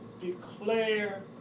declare